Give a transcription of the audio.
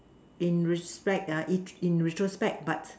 in respect if in retrospect but